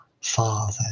Father